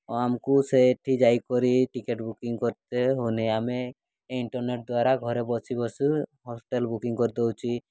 ଆମକୁ ସେଠି ଯାଇକରି ଟିକେଟ୍ ବୁକିଂ କରିତେ ହେଉନି ଆମେ ଇଣ୍ଟର୍ନେଟ୍ ଦ୍ୱାରା ଘରେ ବସି ବସୁ ହଷ୍ଟେଲ୍ ବୁକିଂ କରିଦେଉଛେ